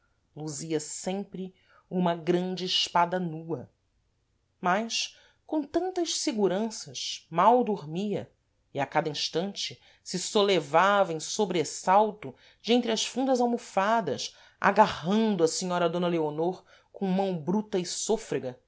as fôrças luzia sempre uma grande espada nua mas com tantas seguranças mal dormia e a cada instante se solevava em sobressalto de entre as fundas almofadas agarrando a senhora d leonor com mão bruta e sôfrega